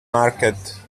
market